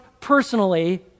personally